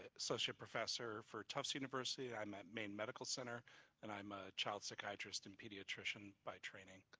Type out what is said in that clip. associate professor for tufts university, i'm at maine medical center and i'm a child psychiatrist and pediatrician by training.